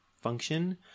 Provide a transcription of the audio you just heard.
function